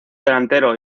delantero